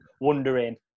wondering